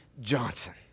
Johnson